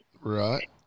Right